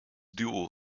dual